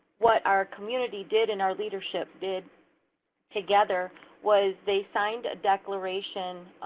what our community did and our leadership did together was they signed a declaration